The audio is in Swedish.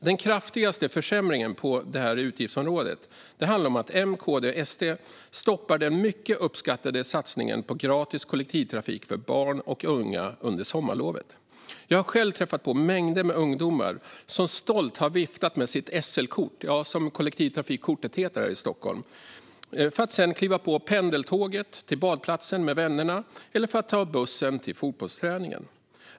Den kraftigaste försämringen på det här utgiftsområdet är dock att M, KD och SD stoppar den mycket uppskattade satsningen på gratis kollektivtrafik för barn och unga under sommarlovet. Jag har själv träffat på mängder av ungdomar som stolt har viftat med sitt SL-kort - kollektivtrafikkortet heter så här i Stockholm - för att sedan kliva på pendeltåget till badplatsen med vännerna eller ta bussen till fotbollsträningen.